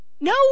No